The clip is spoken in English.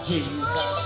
Jesus